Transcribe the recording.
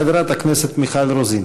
חברת הכנסת מיכל רוזין.